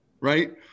right